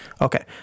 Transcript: okay